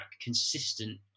consistent